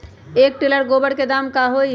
एक टेलर गोबर के दाम का होई?